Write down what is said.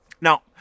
Now